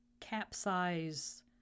capsize